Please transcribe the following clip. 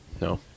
No